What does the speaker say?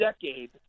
decade